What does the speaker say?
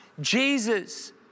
Jesus